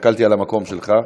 הסתכלתי על המקום שלך.